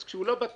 אז כשהוא לא בטוח,